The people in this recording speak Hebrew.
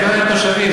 העיקר התושבים,